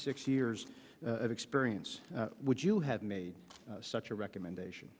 six years of experience would you have made such a recommendation